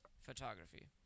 Photography